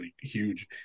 huge